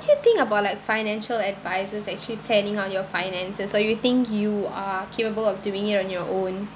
do you think about like financial advisers actually planning on your finances or you think you are capable of doing it on your own